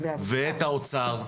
ואת האוצר,